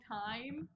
time